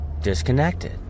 disconnected